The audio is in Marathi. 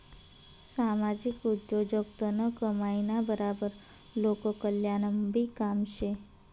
सामाजिक उद्योगजगतनं कमाईना बराबर लोककल्याणनंबी काम शे